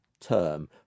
term